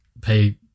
pay